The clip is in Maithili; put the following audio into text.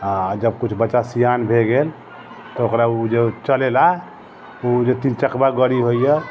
जब किछु बच्चा सिआन भऽ गेल तऽ ओकरा ओ जे चलेला ओ जे तिन चकवा गड़ी होइए